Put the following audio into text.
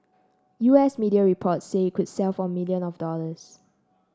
U S media reports say it could sell for million of dollars